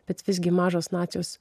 bet visgi mažos nacijos